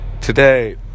Today